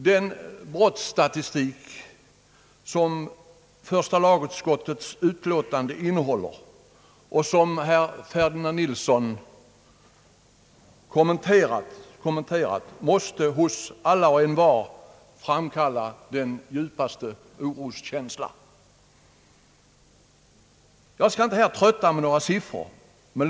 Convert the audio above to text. Den brottsstatistik som första lagutskottets utlåtande innehåller och som herr Ferdinand Nilsson kommenterat måste hos alla och envar framkalla den djupaste oroskänsla. Jag skall inte trötta kammarens ledamöter med att återge siffror.